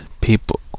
people